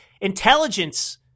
intelligence